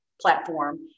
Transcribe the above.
platform